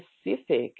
specific